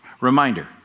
Reminder